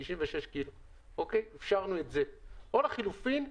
או לחילופין,